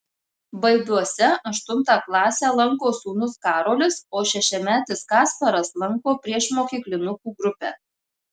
baibiuose aštuntą klasę lanko sūnus karolis o šešiametis kasparas lanko priešmokyklinukų grupę